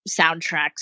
soundtracks